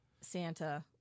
Santa